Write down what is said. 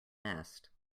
nest